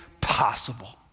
possible